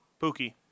Pookie